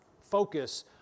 focus